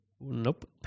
nope